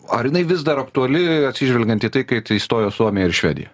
ar jinai vis dar aktuali atsižvelgiant į tai kai tai įstojo suomija ir švedija